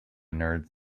nerds